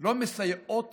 לא מסייעות